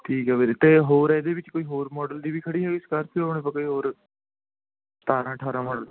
ਠੀਕ ਹੈ ਵੀਰ ਅਤੇ ਹੋਰ ਇਹਦੇ ਵਿੱਚ ਕੋਈ ਹੋਰ ਮੋਡਲ ਦੀ ਵੀ ਖੜ੍ਹੀ ਹੋਈ ਸਕਾਰਪੀਓ ਅਪਣੇ ਕੋਲ ਕੋਈ ਹੋਰ ਸਤਾਰ੍ਹਾਂ ਅਠਾਰ੍ਹਾਂ ਮੋਡਲ